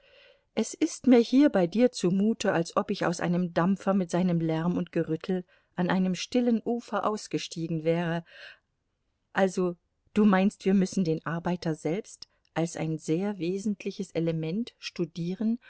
es ist mir hier bei dir zumute als ob ich aus einem dampfer mit seinem lärm und gerüttel an einem stillen ufer ausgestiegen wäre also du meinst wir müssen den arbeiter selbst als ein sehr wesentliches element studieren